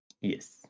Yes